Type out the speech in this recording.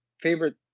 favorite